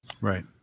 right